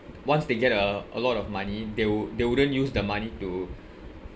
once they get uh a lot of money they wou~ they wouldn't use the money to